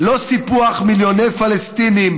לא סיפוח מיליוני פלסטינים,